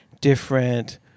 different